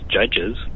judges